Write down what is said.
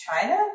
China